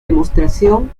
demostración